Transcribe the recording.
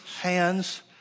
hands